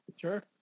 Sure